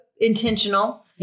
intentional